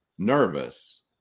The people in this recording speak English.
nervous